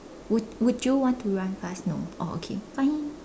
would would you want to run fast no oh okay fine